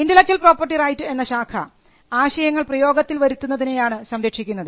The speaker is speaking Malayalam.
ഇന്റെലക്ച്വൽ പ്രോപ്പർട്ടി റൈറ്റ് എന്ന ശാഖ ആശയങ്ങൾ പ്രയോഗത്തിൽ വരുത്തുന്നതിനെയാണ് സംരക്ഷിക്കുന്നത്